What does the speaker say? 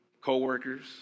Co-workers